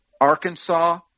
arkansas